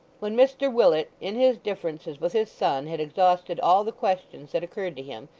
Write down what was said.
when mr willet, in his differences with his son, had exhausted all the questions that occurred to him,